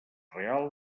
real